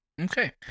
Okay